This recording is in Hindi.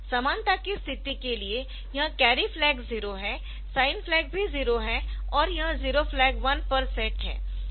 समानता की स्थिति के लिए यह कैरी फ़्लैग 0 है साइन फ़्लैग भी 0 है और यह ज़ीरो फ़्लैग 1 पर सेट है